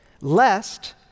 lest